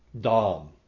dom